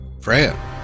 Freya